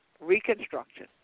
reconstruction